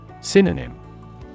Synonym